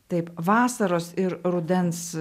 taip vasaros ir rudens